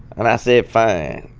and i said, fine.